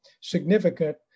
significant